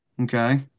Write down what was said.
Okay